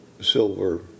silver